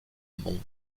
monde